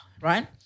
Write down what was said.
right